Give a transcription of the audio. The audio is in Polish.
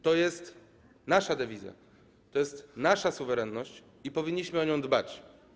To jest nasza dewiza, to jest nasza suwerenność i powinniśmy o nią dbać.